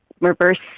reverse